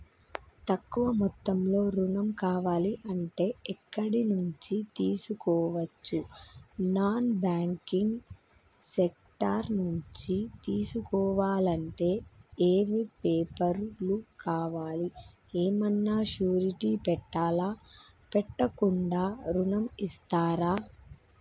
తక్కువ మొత్తంలో ఋణం కావాలి అంటే ఎక్కడి నుంచి తీసుకోవచ్చు? నాన్ బ్యాంకింగ్ సెక్టార్ నుంచి తీసుకోవాలంటే ఏమి పేపర్ లు కావాలి? ఏమన్నా షూరిటీ పెట్టాలా? పెట్టకుండా ఋణం ఇస్తరా?